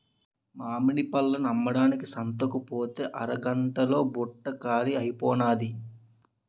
మామిడి పళ్ళను అమ్మడానికి సంతకుపోతే అరగంట్లో బుట్ట కాలీ అయిపోనాది